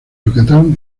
yucatán